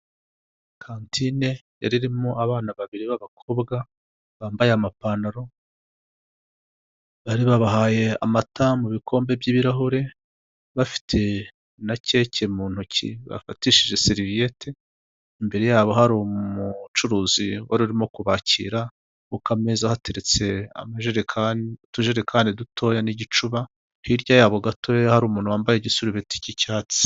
Kantine yari irimo abana babiri b'abakobwa bambaye amapantaro, bari babahaye amata mu bikombe by'ibirahure bafite na keke mu ntoki bafatishije seriviyete, imbere yabo hari umucuruzi wari urimo kubakira. Ku kameza hateretse amajerekani, utujerekani dutoya n'igicuba, hirya yabo gato hari umuntu wambaye igisurubeti cy'icyatsi.